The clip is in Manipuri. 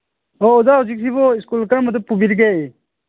ꯍꯣ ꯑꯣꯖꯥ ꯍꯧꯖꯤꯛꯁꯤꯕꯨ ꯁ꯭ꯀꯨꯜ ꯀꯔꯝꯕꯗ ꯄꯨꯕꯤꯔꯤꯒꯦ